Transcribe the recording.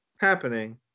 happening